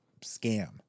scam